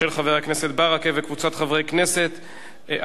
התשע"ב 2012,